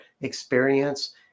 experience